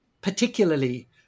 particularly